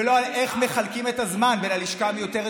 ולא על איך מחלקים את הזמן בין הלשכה המיותרת